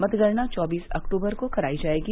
मतगणना चौबीस अक्टूबर को कराई जायेगी